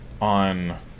on